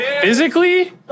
physically